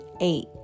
Eight